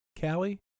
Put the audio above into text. Callie